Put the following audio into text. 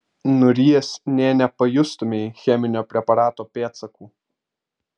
nurijęs nė nepajustumei cheminio preparato pėdsakų